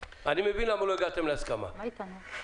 בבקשה.